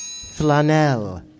Flannel